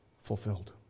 fulfilled